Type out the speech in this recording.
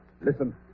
Listen